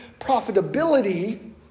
profitability